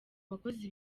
bakozi